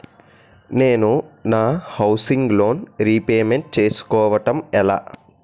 నేను నా housing loan repayment చేసుకోవటం ఎలా?